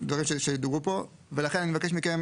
דברים שדוברו פה, ולכן אני מבקש מכם